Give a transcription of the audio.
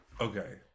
okay